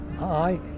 Aye